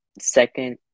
second